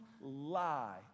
lie